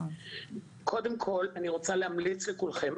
קודם כל אני רוצה להמליץ לכולכם,